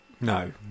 No